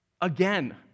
Again